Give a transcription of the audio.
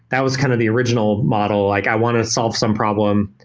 that was kind of the original model, like i want to solve some problem.